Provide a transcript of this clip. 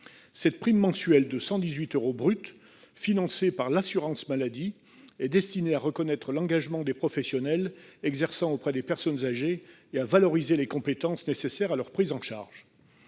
Cette prime mensuelle de 118 euros bruts, financée par l'assurance maladie, est destinée à reconnaître l'engagement des professionnels exerçant auprès des personnes âgées et à valoriser les compétences nécessaires à la prise en charge